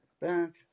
Back